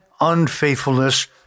unfaithfulness